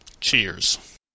cheers